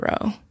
row